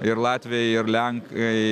ir latviai ar lenkai